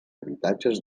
habitatges